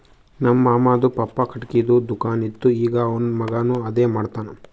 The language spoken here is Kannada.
ನಮ್ ಮಾಮಾದು ಪಪ್ಪಾ ಖಟ್ಗಿದು ದುಕಾನ್ ಇತ್ತು ಈಗ್ ಅವಂದ್ ಮಗಾನು ಅದೇ ಮಾಡ್ತಾನ್